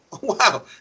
Wow